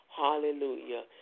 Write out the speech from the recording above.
Hallelujah